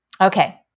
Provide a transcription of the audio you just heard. Okay